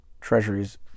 treasuries